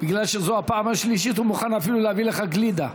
בגלל שזו הפעם השלישית הוא מוכן אפילו להביא לך גלידה.